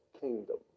kingdom